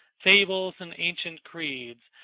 fables and ancient creeds,